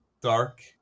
Dark